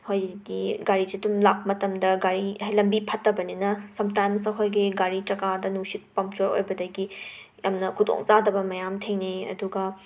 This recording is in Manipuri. ꯍꯧꯖꯤꯛꯇꯤ ꯒꯥꯔꯤꯁꯨ ꯑꯗꯨꯝ ꯂꯥꯛꯄ ꯃꯇꯝꯗ ꯒꯥꯔꯤ ꯍꯩꯗꯤ ꯂꯝꯕꯤ ꯐꯠꯇꯕꯅꯤꯅ ꯁꯝꯇꯥꯏꯝꯁ ꯑꯩꯈꯣꯏꯒꯤ ꯒꯥꯔꯤ ꯆꯀꯥꯗ ꯅꯨꯡꯁꯤꯠ ꯄꯝꯆꯔ ꯑꯣꯏꯔꯛꯄꯗꯒꯤ ꯌꯥꯝꯅ ꯈꯨꯗꯣꯡꯆꯥꯗꯕ ꯃꯌꯥꯝ ꯊꯦꯡꯅꯩ ꯑꯗꯨꯒ